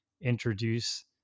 introduce